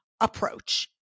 approach